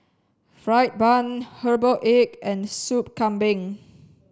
fried bun herbal egg and Sup kambing